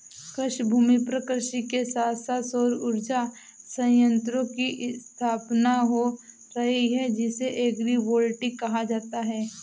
कृषिभूमि पर कृषि के साथ साथ सौर उर्जा संयंत्रों की स्थापना हो रही है जिसे एग्रिवोल्टिक कहा जाता है